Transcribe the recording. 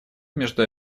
между